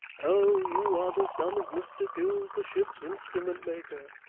oh! you are the son of mr gills the ships' instrument-maker.